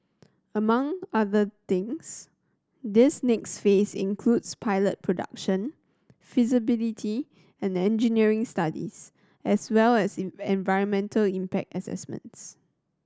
among other things this next phase includes pilot production feasibility and engineering studies as well as environmental impact assessments